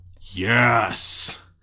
Yes